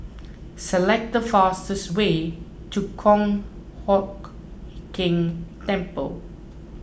select the fastest way to Kong Hock Keng Temple